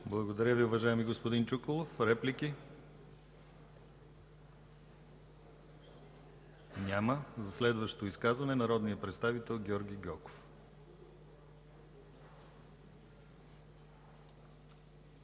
Благодаря Ви, уважаеми господин Чуколов. Реплики? Няма. За следващо изказване – народният представител Георги Гьоков.